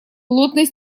плотной